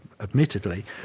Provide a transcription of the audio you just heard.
admittedly